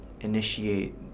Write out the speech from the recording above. initiate